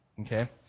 Okay